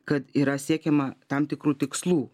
kad yra siekiama tam tikrų tikslų